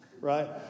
right